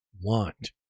want